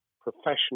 professional